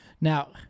Now